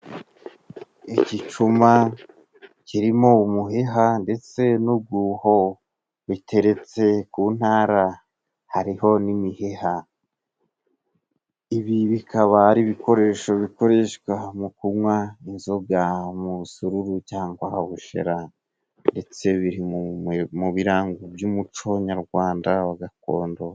Igicuma kirimo umuheha ndetse n'uguho biteretse ku ntara, hariho n'imiheha ibi bikaba ari ibikoresho bikoreshwa mu kunywa inzoga, umusururu cyangwa ubushera, ndetse biri mu biranga iby'umuco nyarwanda wa gakondo.